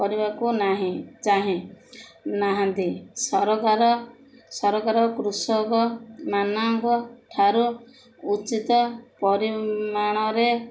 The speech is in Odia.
କରିବାକୁ ନାହିଁ ଚାହେଁ ନାହାନ୍ତି ସରକାର ସରକାର କୃଷକମାନଙ୍କ ଠାରୁ ଉଚିତ ପରିମାଣରେ